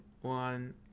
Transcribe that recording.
one